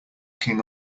king